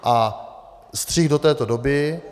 A střih do této doby.